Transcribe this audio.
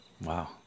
Wow